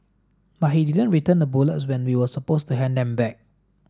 but he didn't return the bullets when we were supposed to hand them back